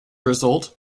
result